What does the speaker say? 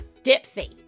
Dipsy